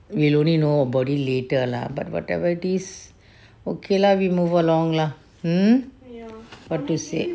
will only know about it later lah but whatever it is okay lah we move along lah um what you say